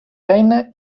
feina